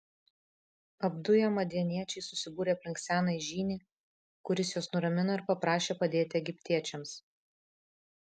apduję madianiečiai susibūrė aplink senąjį žynį kuris juos nuramino ir paprašė padėti egiptiečiams